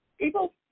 People